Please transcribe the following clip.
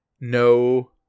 no